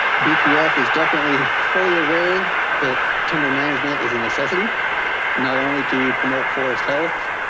bpf is definitely fully aware that timber management is a necessity not only to promote forest health,